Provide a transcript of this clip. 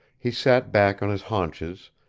he sat back on his haunches,